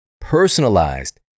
personalized